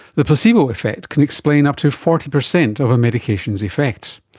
the placebo effect can explain up to forty percent of a medication's effects.